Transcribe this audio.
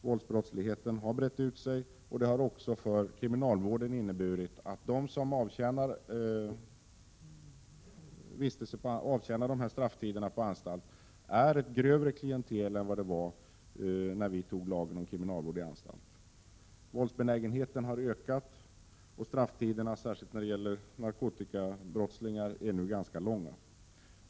Våldsbrottsligheten har brett ut sig, och det har också för kriminalvården inneburit att de som avtjänar sådana strafftider på anstalt är ett grövre klientel än när vi antog lagen om kriminalvård i anstalt. Våldsbenägenheten har ökat och strafftiderna, särskilt när det gäller narkotikabrottslingar, är nu ganska långa.